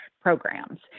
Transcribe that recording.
programs